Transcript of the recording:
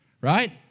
Right